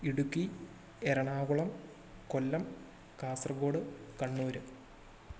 Idukki Ernakulam Kollam Kasaragod Kannur